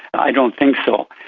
i don't think so.